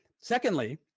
Secondly